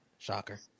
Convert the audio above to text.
Shocker